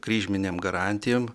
kryžminėm garantijom